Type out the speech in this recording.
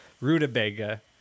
rutabaga